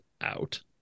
out